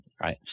right